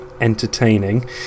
entertaining